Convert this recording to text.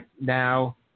now